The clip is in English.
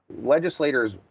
Legislators